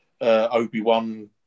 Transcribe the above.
Obi-Wan